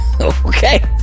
Okay